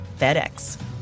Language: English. FedEx